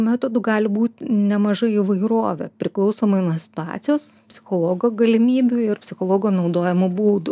metodų gali būt nemaža įvairovė priklausomai nuo situacijos psichologo galimybių ir psichologo naudojamų būdų